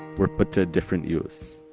were put to a different use.